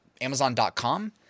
Amazon.com